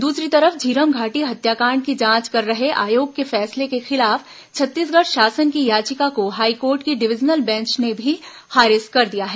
दूसरी तरफ झीरम घाटी हत्याकांड की जांच कर रहे आयोग के फैसले के खिलाफ छत्तीसगढ़ शासन की याचिका को हाईकोर्ट की डिवीजन बेंच ने भी खारिज कर दिया है